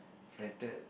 flattered